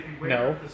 no